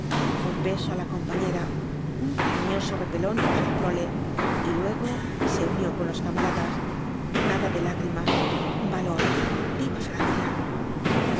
un beso á la compañera un cariñoso repelón á la prole y luego se unió con los camaradas nada de lágrimas valor viva francia